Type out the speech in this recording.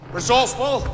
Resourceful